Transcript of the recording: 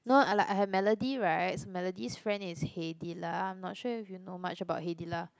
no like I have Melody right so Melody's friend is Heidi lah I'm not sure if you know much about Heidi lah